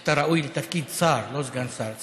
אתה ראוי לתפקיד שר, לא סגן שר.